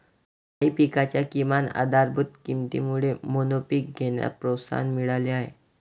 काही पिकांच्या किमान आधारभूत किमतीमुळे मोनोपीक घेण्यास प्रोत्साहन मिळाले आहे